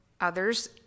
others